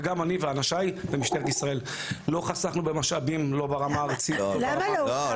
גם אני ואנשי במשטרה ישראל לא חסכנו במשאבים לא ברמה הארצית --- לא,